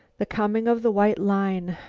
the coming of the white line.